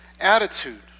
attitude